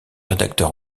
rédacteur